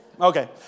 Okay